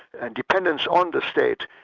and dependence on the state,